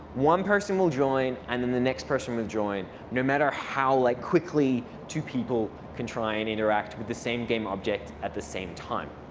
one person will join, and then the next person will join, no matter how like quickly two people can try and interact with the same game object at the same time.